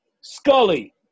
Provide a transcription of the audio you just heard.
Scully